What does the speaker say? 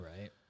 right